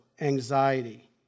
Anxiety